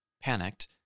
Panicked